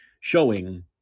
showing